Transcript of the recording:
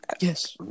Yes